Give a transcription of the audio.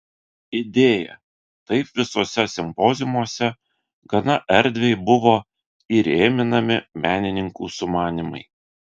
idėja taip visuose simpoziumuose gana erdviai buvo įrėminami menininkų sumanymai